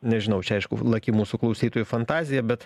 nežinau čia aišku laki mūsų klausytojų fantazija bet